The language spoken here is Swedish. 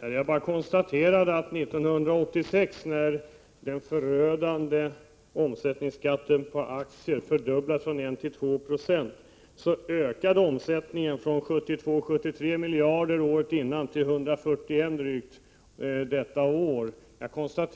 Herr talman! Jag konstaterade bara att 1986, när den förödande omsättningsskatten på aktier fördubblades från 1 till 2 90, ökade omsättningen från 72-73 miljarder året innan till drygt 141